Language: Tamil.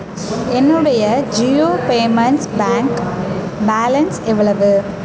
என்னுடைய ஜியோ பேமெண்ட்ஸ் பேங்க் பேலன்ஸ் எவ்வளவு